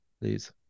please